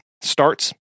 starts